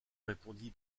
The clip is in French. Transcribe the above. répondit